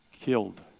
killed